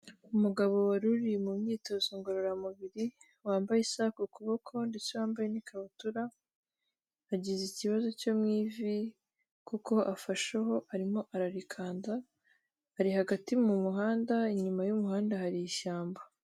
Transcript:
Umugabo wari uri mu myitozo ngororamubiri wambaye isaha ku kuboko ndetse wambaye n'ikabutura yagize ikibazo cyo mu ivi kuko afasheho arimo ararikanda, ari hagati mu muhanda inyuma y'umuhanda hari ishyamba.